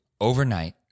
overnight